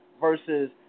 versus